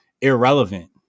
irrelevant